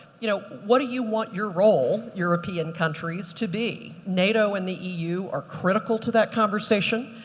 you know, what do you want your role, european countries, to be? nato and the eu are critical to that conversation.